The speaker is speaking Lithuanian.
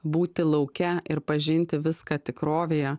būti lauke ir pažinti viską tikrovėje